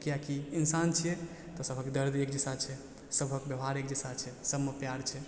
किएकि इंसान छियै तऽ सभक दर्द एक जैसा छै सभक व्यवहार एक जैसा छै सभमे प्यार छै